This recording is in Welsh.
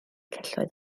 celloedd